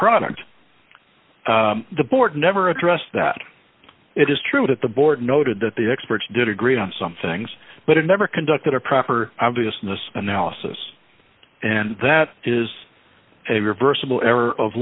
product the board never addressed that it is true that the board noted that the experts did agree on some things but it never conducted a proper obviousness analysis and that is a reversible error of